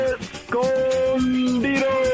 Escondido